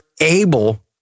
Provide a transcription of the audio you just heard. able